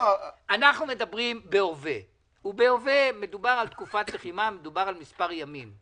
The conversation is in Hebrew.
אנחנו מדברים בהווה, ובהווה מדובר על מספר ימים,